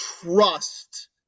trust